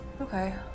Okay